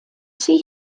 see